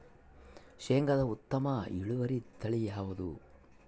ಶೇಂಗಾದ ಉತ್ತಮ ಇಳುವರಿ ತಳಿ ಯಾವುದು?